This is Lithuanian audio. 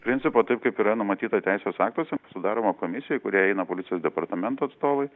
principo taip kaip yra numatyta teisės aktuose sudaroma komisija kuriai eina policijos departamento atstovai